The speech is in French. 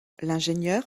l’ingénieur